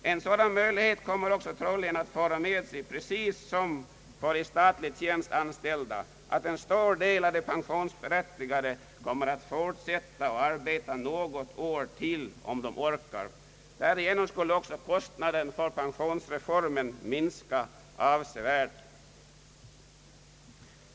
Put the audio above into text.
En sådan möjlighet kommer också troligen att föra med sig, precis som för i statlig tjänst anställda, att en stor del av de pensionsberättigade kommer att fortsätta att arbeta något år till, om de orkar. Därigenom skulle också kostnaden för pensionsreformen minska avsevärt.